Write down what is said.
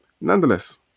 Nonetheless